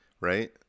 Right